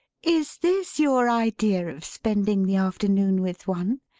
is this your idea of spending the afternoon with one,